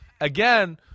again